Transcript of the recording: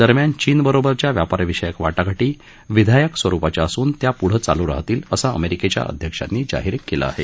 दरम्यान चीन बरोबरच्या व्यापार विषयक वाटाघाटी विधायक स्वरुपाच्या असून त्या पुढं चालू राहतील असं अमेरिकेच्या अध्यक्षांनी जाहीर केलं आहे